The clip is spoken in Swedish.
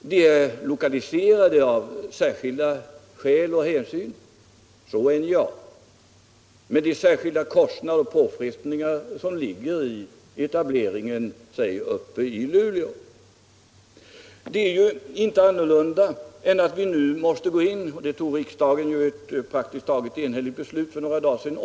De är ju lokaliserade av särskilda skäl och hänsyn — så är det med NJA — och därmed följer de särskilda kostnader och påfrestningar som ligger i etableringen, säg uppe i Luleå. Det är inte annorlunda i detta fall än att vi nu har måst gå in i varven - och om det fattade riksdagen ett praktiskt taget enhälligt beslut för några dagar sedan.